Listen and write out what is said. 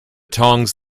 tongs